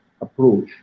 approach